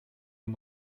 him